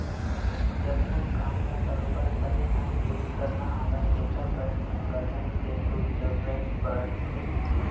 जब कोनो काम ल बरोबर बने ढंग ले करना हवय तेखर बर संगठन के तो जरुरत पड़थेचे